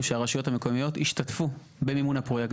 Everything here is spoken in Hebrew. שהרשויות המקומיות ישתתפו במימון הפרויקט,